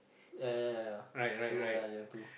ya ya ya ya ya ya ya too